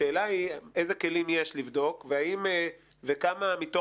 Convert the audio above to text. השאלה היא איזה כלים יש לבדוק וכמה מתוך